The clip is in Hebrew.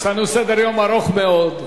יש לנו סדר-יום ארוך מאוד.